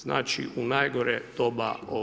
Znači, u najgore doba.